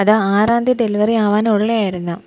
അത് ആറാം തീയതി ഡെലിവറിയാകാനുള്ളതായിരുന്നു